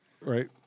right